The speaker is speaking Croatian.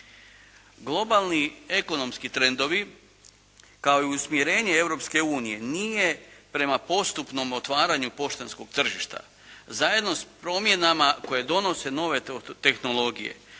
Globalni ekonomski trendovi kao i usmjerenje Europske unije nije prema postupnom otvaranju poštanskog tržišta. Zajedno s promjenama koje donose nove tehnologije